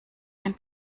ein